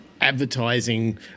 advertising